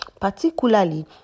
particularly